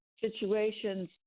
situations